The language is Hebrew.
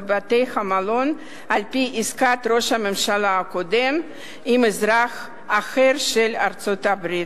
בבתי-המלון על-פי עסקת ראש הממשלה הקודם עם אזרח אחר של ארצות-הברית,